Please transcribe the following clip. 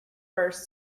first